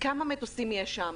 כמה מטוסים יש שם,